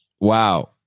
wow